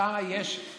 שם יש ועדה,